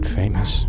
famous